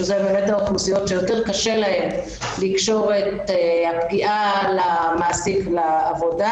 שאלה האוכלוסיות שקשה להן יותר לקשור את הפגיעה למעסיק בעבודה.